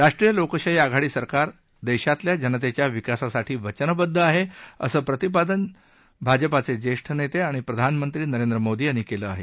राष्ट्रीय लोकशाही आघाडी सरकार देशातल्या जनतेच्या विकासासाठी वचनबद्ध आहे असं प्रतिपादन ज्येष्ठ नेते आणि प्रधानमंत्री नरेंद्र मोदी यांनी केलं आहे